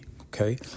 okay